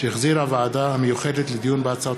שהחזירה הוועדה המיוחדת לדיון בהצעת